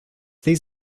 these